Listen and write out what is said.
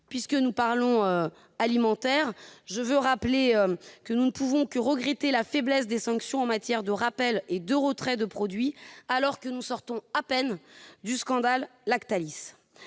bio dans la restauration, nous ne pouvons que regretter la faiblesse des sanctions en matière de rappel et de retrait de produits, alors que nous sortons à peine du scandale Lactalis